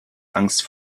angst